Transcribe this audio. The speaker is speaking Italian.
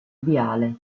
viale